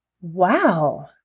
Wow